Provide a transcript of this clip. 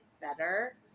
better